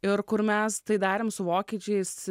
ir kur mes tai darėm su vokiečiais